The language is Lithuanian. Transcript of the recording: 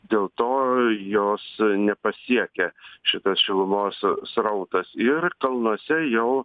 dėl to jos nepasiekia šitas šilumos srautas ir kalnuose jau